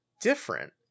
different